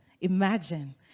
Imagine